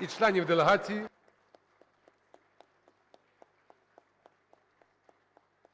і членів делегації.